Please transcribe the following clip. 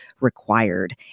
required